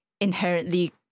inherently